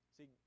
See